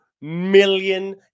million